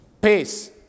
Peace